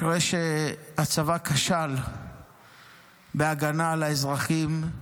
אחרי שהצבא כשל בהגנה על האזרחים,